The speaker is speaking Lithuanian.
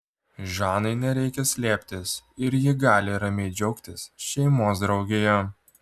žanai nereikia slėptis ir ji gali ramiai džiaugtis šeimos draugija